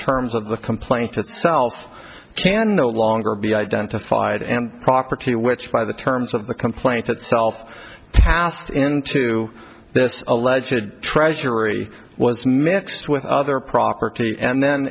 terms of the complaint itself can no longer be identified and property which by the terms of the complaint itself passed into this alleged treasury was mixed with other property and then